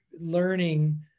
learning